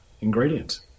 ingredients